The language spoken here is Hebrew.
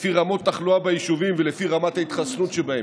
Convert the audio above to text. לפי רמות תחלואה ביישובים ולפי רמת ההתחסנות שבהם.